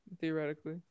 theoretically